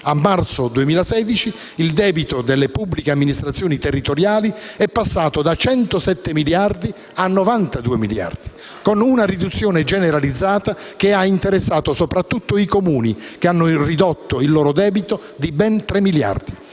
a marzo 2016 il debito delle pubbliche amministrazioni territoriali è passato da 107 miliardi a 92 miliardi, con una riduzione generalizzata che ha interessato soprattutto i Comuni (che hanno ridotto il loro debito di ben 3 miliardi)